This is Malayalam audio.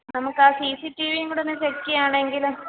നമുക്ക് ആ സി സി ടി വീ കൂടൊന്ന് ചെക്ക് ചെയ്യാണെങ്കിൽ